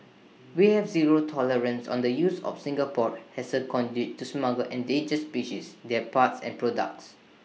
we have zero tolerance on the use of Singapore as A conduit to smuggle endangered species their parts and products